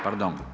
Pardon.